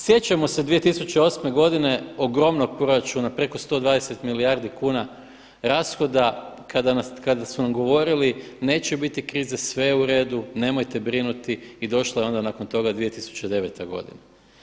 Sjećamo se 2008. godine ogromnog proračuna preko 120 milijardi kuna rashoda kada su nam govorili neće biti krize sve je u redu, nemojte brinuti i došla je onda nakon toga 2009. godina.